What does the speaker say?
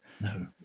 No